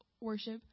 worship